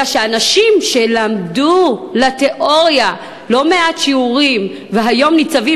אלא שאנשים שלמדו לתיאוריה לא מעט שיעורים והיום ניצבים